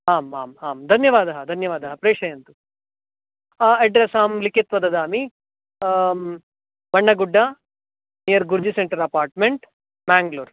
आम् आम् आम् धन्यवादः धन्यवादः प्रेषयन्तु अड्रेस् अहं लिखित्वा ददामि मण्णगुड्ड नियर् गुर्जिसेण्टर् अपार्टमेण्ट् मान्गलूर्